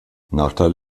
nachteil